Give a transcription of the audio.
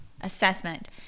assessment